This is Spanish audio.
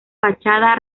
fachada